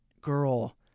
girl